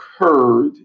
occurred